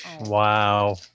Wow